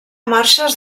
marxes